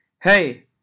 Hey